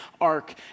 ark